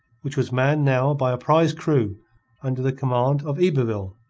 which was manned now by a prize-crew under the command of yberville.